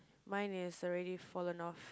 mine is already fallen off